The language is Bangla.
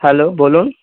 হ্যালো বলুন